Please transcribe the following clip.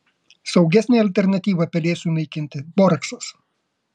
saugesnė alternatyva pelėsiui naikinti boraksas